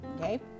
okay